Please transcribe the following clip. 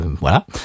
voilà